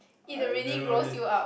I don't know is